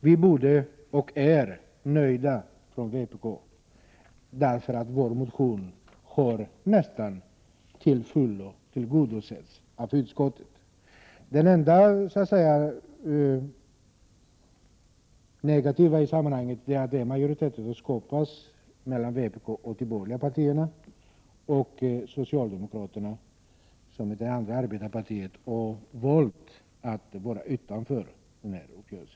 Vi är från vpk nöjda med att vår motion nästan till fullo har tillgodosetts av utskottet. Det enda negativa i sammanhanget är att de majoriteter som skapats består av vpk och de borgerliga partierna, medan socialdemokraterna, det andra arbetarpartiet, har valt att ställa sig utanför denna uppgörelse.